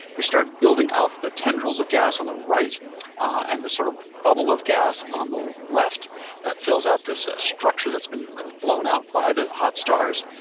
we start building out the tendrils of gas on the right and the sort of bubble of gas on the left that fills out this ah structure that's been blown out by the hot stars.